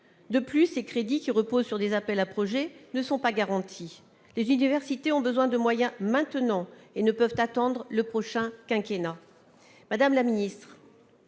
de plus, ces crédits, qui reposent sur des appels à projets, ne sont pas garantis. Les universités ont besoin de moyens maintenant et ne peuvent attendre le prochain quinquennat. Madame la ministre,